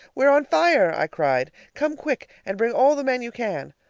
we're on fire! i cried. come quick and bring all the men you can!